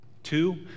Two